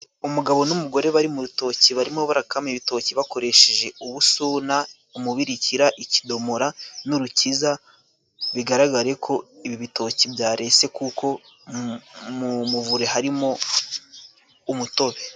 Umugabo n'umugore bari mu rutoki barimo barakama ibitoki bakoresheje ubusuna, umubirikira, ikidomora n'urukiza, bigaragare ko ibi bitoki byarese kuko mu muvure harimo umutobe.